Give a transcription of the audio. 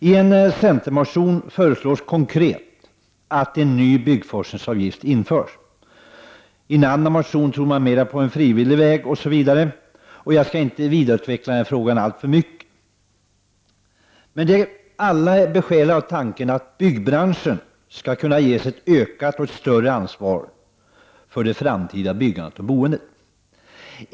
I en centermotion föreslås konkret att en ny byggforskningsavgift skall införas. I en annan motion tror man mer på en frivillig väg. Jag tänker inte nu vidareutveckla den här frågan, men alla är besjälade av tanken att byggbranschen skall kunna ges ett större ansvar för det framtida byggandet och boendet.